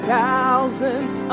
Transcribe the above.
thousands